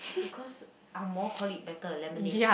because Ang-Moh call it better lemonade